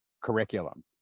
curriculum